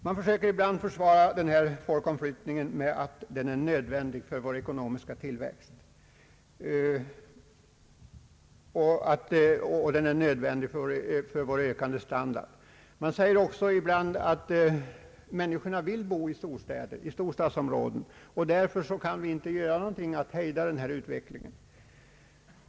Man försöker ibland försvara denna folkomflyttning med att den är nödvändig för vår ekonomiska tillväxt och för vår ökande standard. Det sägs också ibland att människorna vill bo i storstadsområden och att vi inte kan göra någonting åt den utvecklingen.